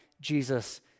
Jesus